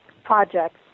projects